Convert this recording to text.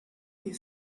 des